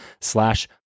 slash